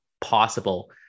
possible